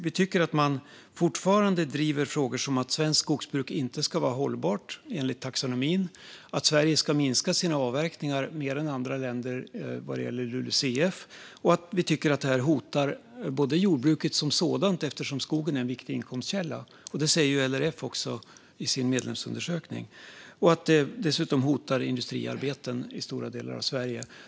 Vi tycker att man fortfarande driver frågor som att svenskt skogsbruk inte ska vara hållbart enligt taxonomin och att Sverige ska minska sina avverkningar mer än andra länder vad gäller LULUCF. Vi tycker att det här hotar jordbruket som sådant eftersom skogen är en viktig inkomstkälla - det säger också LRF i sin medlemsundersökning - och att det dessutom hotar industriarbeten i stora delar av Sverige.